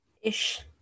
Ish